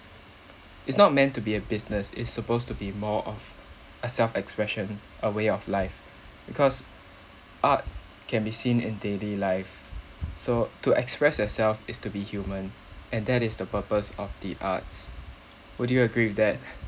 is not meant to be a business it's supposed to be more of a self expression a way of life because art can be seen in daily life so to express yourself is to be human and that is the purpose of the arts would you agree with that